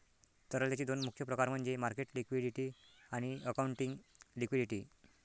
तरलतेचे दोन मुख्य प्रकार म्हणजे मार्केट लिक्विडिटी आणि अकाउंटिंग लिक्विडिटी